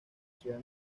ciudad